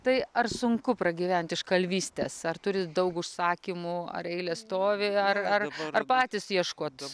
tai ar sunku pragyvent iš kalvystės ar turit daug užsakymų ar eilės stovi ar ar ar patys ieškot